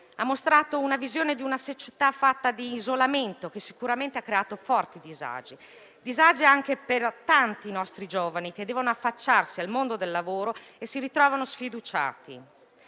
dato loro la visione di una società fatta di isolamento, che sicuramente ha creato forti disagi anche per tanti nostri giovani che devono affacciarsi al mondo del lavoro e si ritrovano sfiduciati.